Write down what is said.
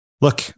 look